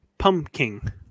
Pumpkin